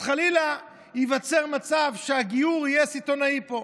אז חלילה ייווצר מצב שהגיור יהיה סיטונאי פה.